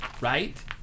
right